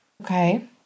Okay